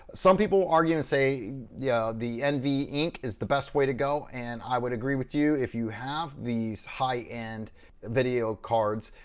some people argue and say yeah the nvenc is the best way to go and i would agree with you if you have these high end video cards,